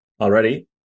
already